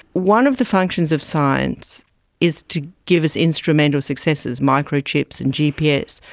one of the functions of science is to give us instrumental successes, microchips and gps,